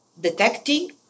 detecting